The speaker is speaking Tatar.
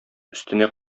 өстенә